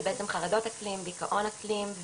זה בעצם חרדות אקלים, דיכאון אקלים.